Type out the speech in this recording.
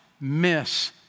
miss